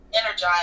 energized